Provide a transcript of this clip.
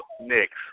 next